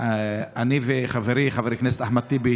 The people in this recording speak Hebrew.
אני וחברי חבר הכנסת אחמד טיבי